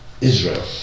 ...Israel